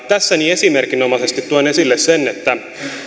tässä esimerkinomaisesti tuon esille sen että